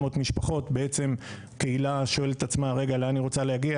משפחות קהילה שואלת את עצמה לאן היא רוצה להגיע,